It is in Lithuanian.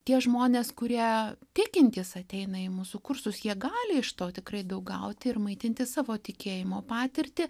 tie žmonės kurie tikintys ateina į mūsų kursus jie gali iš to tikrai daug gauti ir maitinti savo tikėjimo patirtį